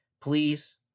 Please